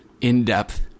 in-depth